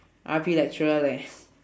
R_P lecturer leh